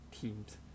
teams